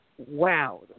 wow